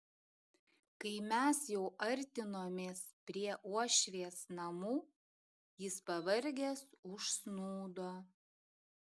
kai mes jau artinomės prie uošvės namų jis pavargęs užsnūdo